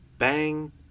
Bang